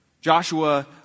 Joshua